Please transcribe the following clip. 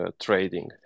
trading